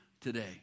today